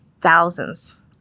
thousands